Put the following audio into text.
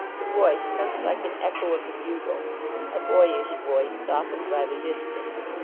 the voice comes like an echo of the bugle a boyish voice, softened by the distance.